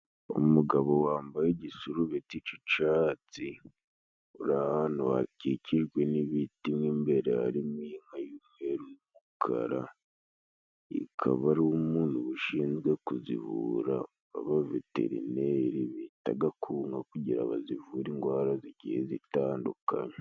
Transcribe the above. Umugabo wambaye igisurubeti c'icatsi uri ahantu hakikijwe n'ibiti n'imbere harimo inka y'umweru n'umukara , akaba ari umuntu aba ushinzwe kuzivura . Abaveterineri bitaga ku nka kugira bazivure indwara zigiye zitandukanye.